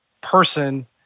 person